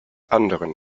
anderen